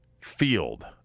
Field